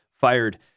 fired